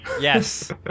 Yes